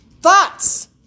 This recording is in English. thoughts